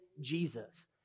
Jesus